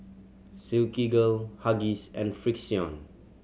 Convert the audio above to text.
Silkygirl Huggies and Frixion